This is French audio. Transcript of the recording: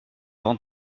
avant